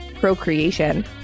procreation